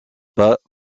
pas